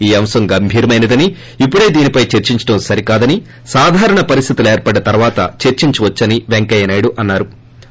ఈ అంశం గంభీరమైందని ఇప్పుడే దీనిపై చర్చించడం సరికాదని సాధారణ పరిస్లితులు ఏర్పడిన తరువాత చర్చించవచ్చని పెంకయ్యనాయుడు అన్నా రు